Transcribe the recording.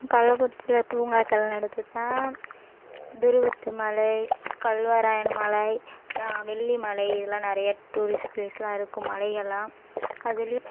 கள்ளக்குறிச்சியில் பூங்காக்கள் நடக்குதுதான் துருவத்து மலை கல்வராயன் மலை வெள்ளி மலை இதெல்லாம் நிறையா டூரிஸ்ட் பிளேஸ்லாம் இருக்கும் மலையெல்லாம் அதுலேயும்